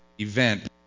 event